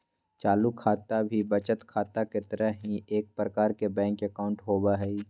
चालू खाता भी बचत खाता के तरह ही एक प्रकार के बैंक अकाउंट होबो हइ